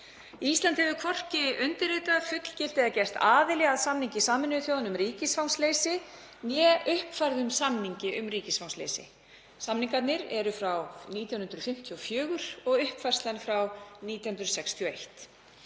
Ísland hefur hvorki undirritað, fullgilt eða gerst aðili að samningi Sameinuðu þjóðanna um ríkisfangsleysi né að uppfærðum samningi um ríkisfangsleysi. Samningarnir eru frá 1954 og uppfærslan frá 1961.